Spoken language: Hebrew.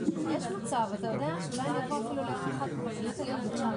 וגם בגלל